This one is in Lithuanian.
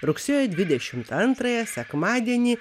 rugsėjo dvidešimt antrąją sekmadienį